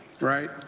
right